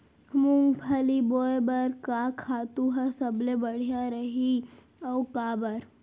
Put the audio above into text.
मूंगफली बोए बर का खातू ह सबले बढ़िया रही, अऊ काबर?